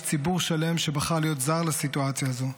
יש ציבור שלם שבחר להיות זר לסיטואציה הזו,